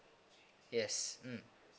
yes mm